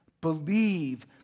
believe